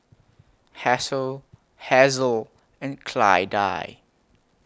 Hasel Hazle and Clydie